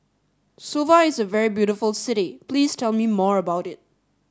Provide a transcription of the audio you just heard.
Suva is a very beautiful city please tell me more about it